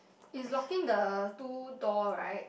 is locking the two door right